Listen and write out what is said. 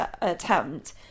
attempt